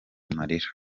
amarira